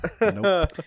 Nope